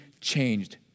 changed